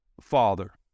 father